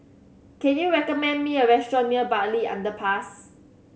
can you recommend me a restaurant near Bartley Underpass